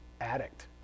addict